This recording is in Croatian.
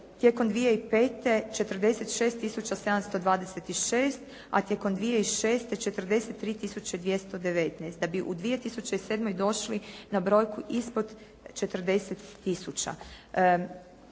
tijekom 2005. 46 726, a tijekom 2006. 43 219, da bi u 2007. došli na brojku ispod 40